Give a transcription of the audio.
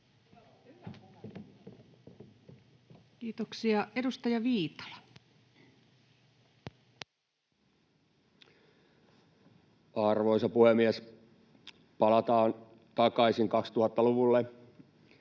Kiitoksia. — Edustaja Viitala. Arvoisa puhemies! Palataan takaisin 2000-luvulle.